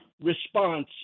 response